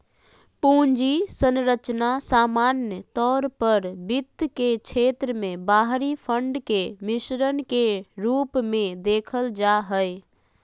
पूंजी संरचना सामान्य तौर पर वित्त के क्षेत्र मे बाहरी फंड के मिश्रण के रूप मे देखल जा हय